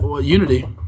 Unity